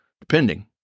depending